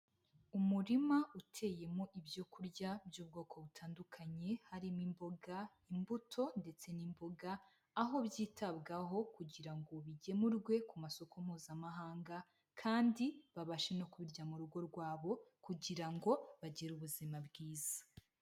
Umurima uteyemo ibyo kurya by'ubwoko butandukanye, harimo imboga, imbuto ndetse n'imboga, aho byitabwaho kugira ngo bigemurwe ku masoko mpuzamahanga, kandi babashe no kubirya mu rugo rwabo, kugira ngo bagire ubuzima bwiza.